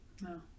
No